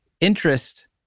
interest